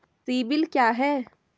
CIBIL क्या है?